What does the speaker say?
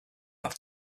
have